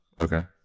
Okay